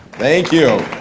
thank you,